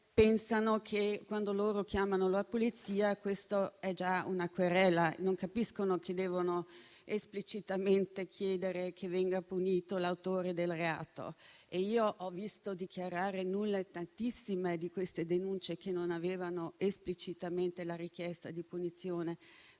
pensano, quando chiamano la Polizia, che questa sia già una querela; non capiscono che devono esplicitamente chiedere che venga punito l'autore del reato. Ho visto dichiarare nulle tantissime denunce che non recavano l'esplicita richiesta di punizione.